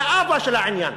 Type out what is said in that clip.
זה האבא של העניין.